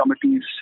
committees